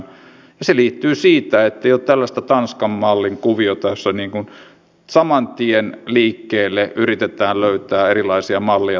se liittyy siihen että ei ole tällaista tanskan mallin kuviota jossa lähdetään saman tien liikkeelle yritetään löytää erilaisia malleja takaisin työhön